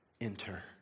Enter